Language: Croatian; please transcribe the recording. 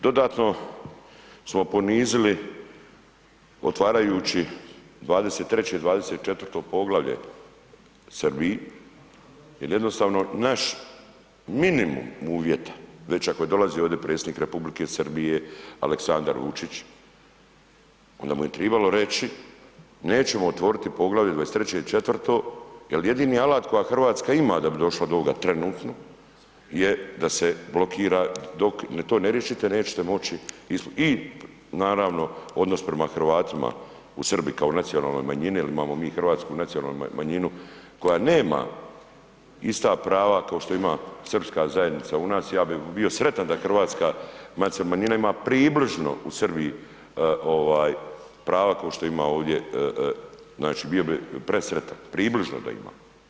Dodatno smo ponizili otvarajući 23. i 24. poglavlje Srbiji jer jednostavno naš minimum uvjeta, već ako je dolazio ovdje predsjednik Republike Srbije Aleksandar Vučić, onda mu je trebalo reći nećemo otvoriti poglavlje 23. i četvrto jer jedini alat koji Hrvatska ima da bi došla do ovoga trenutno je da se blokira, dok to ne riješite nećete moći i naravno, odnos prema u Hrvatima u Srbiji kao nacionalne manjine jer imamo mi hrvatsku nacionalnu manjinu koja nema ista prava kao što ima srpska zajednica u nas, ja bih bio sretan da hrvatska nacionalna manjima ima približno u Srbiji prava kao što ima ovdje, znači bio bih presretan približno da ima.